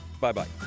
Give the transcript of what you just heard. Bye-bye